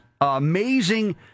amazing